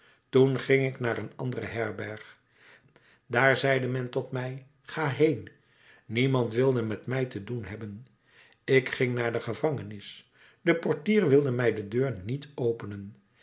toen ging ik naar een andere herberg daar zeide men tot mij ga heen niemand wilde met mij te doen hebben ik ging naar de gevangenis de portier wilde mij de deur niet openen